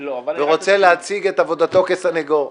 ורוצה להציג את עבודתו כסנגור,